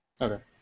Okay